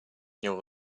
neural